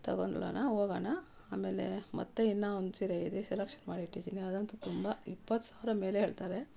ತಗೊಂದ್ಬಿಡೋಣ ಹೋಗೋಣ ಆಮೇಲೇ ಮತ್ತು ಇನ್ನು ಒಂದು ಸೀರೆ ಇದೆ ಸೆಲೆಕ್ಷನ್ ಮಾಡಿಟ್ಟಿದ್ದೀನಿ ಅದಂತು ತುಂಬ ಇಪ್ಪತ್ತು ಸಾವಿರ ಮೇಲೆ ಹೇಳ್ತಾರೆ